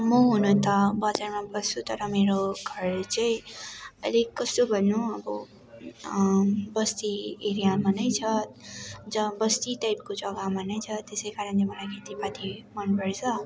म हुन त बजारमा बस्छु तर मेरो घर चाहिँ अलिक कस्तो भन्नु अब बस्ती एरियामा नै छ जहाँ बस्ती टाइपको जग्गामा नै छ त्यसै कारणले मलाई खेतीपाती मनपर्छ